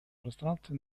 пространстве